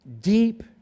Deep